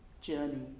journey